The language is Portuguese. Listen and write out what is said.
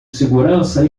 segurança